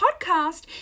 podcast